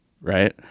right